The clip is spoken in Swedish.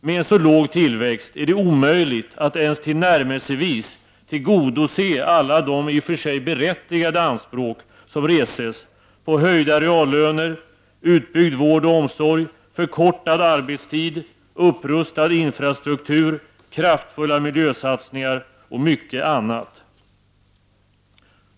Med en så låg tillväxt är det omöjligt att ens tillnärmelsevis tillgodose alla de i och för sig berättigade anspråk som reses på höjda reallöner, utbyggd vård och omsorg, förkortad arbetstid, upprustad infrastruktur, kraftfulla miljösatsningar och mycket annat.